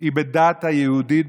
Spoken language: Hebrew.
הוא בדת היהודית,